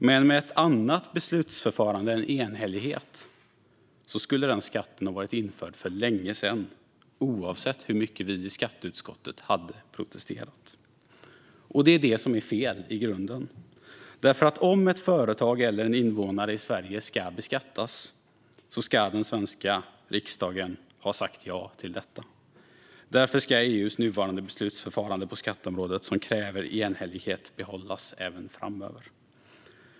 Med ett annat beslutsförfarande än enhällighet skulle den skatten ha varit införd för länge sedan, oavsett hur mycket vi i skatteutskottet hade protesterat. Det är detta som i grunden är fel. Om ett företag eller en invånare i Sverige ska beskattas ska den svenska riksdagen ha sagt ja till detta. Därför ska EU:s nuvarande beslutsförfarande på skatteområdet, som kräver enhällighet, behållas även framöver.